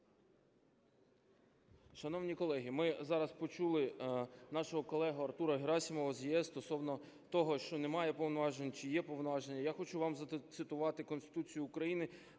Шановні колеги, ми зараз почули нашого колегу Артура Герасимова з "ЄС" стосовно того, що немає повноважень чи є повноваження. Я хочу вам зацитувати Конституцію України,